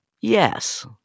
yes